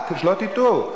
שלא תטעו.